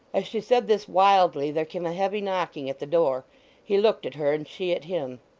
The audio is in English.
as she said this wildly, there came a heavy knocking at the door he looked at her, and she at him.